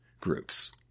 groups